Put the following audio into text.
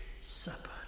supper